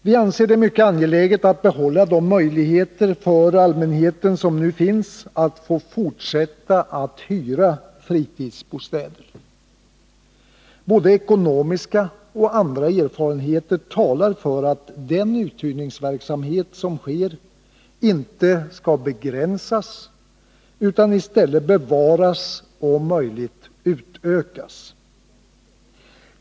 Vi anser det mycket angeläget att behålla de möjligheter för allmänheten som nu finns att hyra fritidsbostäder. Både ekonomiska och andra erfarenheter talar för att den uthyrningsverksamhet som sker inte skall begränsas utan i stället bevaras och om möjligt utökas.